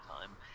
time